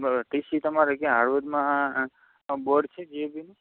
બરાબર T C તમારે ક્યાં હળવદમાં બોર્ડ છે જીઈબીનું